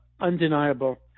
undeniable